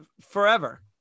forever